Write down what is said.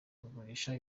kugurisha